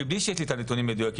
מבלי שיש לי את הנתונים המדויקים,